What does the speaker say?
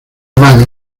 mano